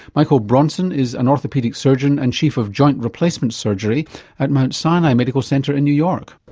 michael bronson is an orthopaedic surgeon and chief of joint replacement surgery at mount sinai medical center in new york.